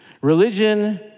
Religion